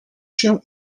się